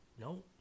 no